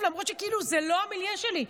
למרות שזה כאילו לא המיליה שלי,